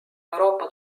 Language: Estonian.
euroopa